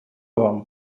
вам